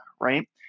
right